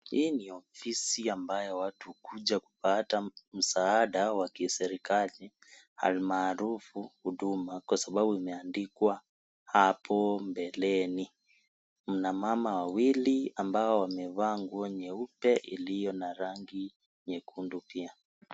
Hii ni ofisi ambayo watu hukuja kupata msaada wa kiserikali almaarufu huduma kwa sababu imeandikwa hapo mbeleni. Mna mama wawili ambao wamevaa nguo nyeupe iliyo na rangi nyekundu pia.